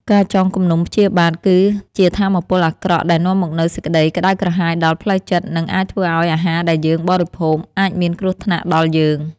ការចងគំនុំព្យាបាទគឺជាថាមពលអាក្រក់ដែលនាំមកនូវសេចក្តីក្តៅក្រហាយដល់ផ្លូវចិត្ត និង អាចធ្វើឱ្យអាហារដែលយើងបរិភោគ អាចមានគ្រោះថ្នាក់ដល់យើង។